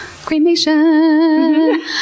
Cremation